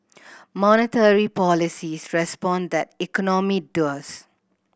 monetary policies respond tat economy does